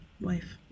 wife